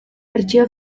bertsio